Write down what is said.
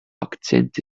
akzente